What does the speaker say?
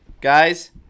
Guys